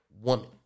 Woman